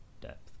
depth